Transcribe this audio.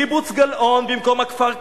קיבוץ גלאון במקום הכפר זיתא,